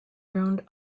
droned